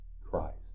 Christ